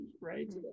right